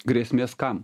grėsmės kam